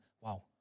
wow